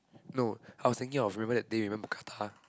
no I was thinking of river that day remember Qatar